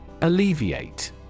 Alleviate